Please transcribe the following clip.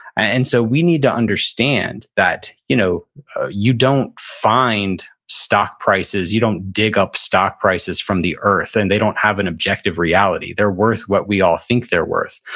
and so we need to understand that you know you don't find stock prices, you don't dig up stock prices from the earth and they don't have an objective reality. they're worth what we all think they're worth,